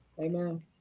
Amen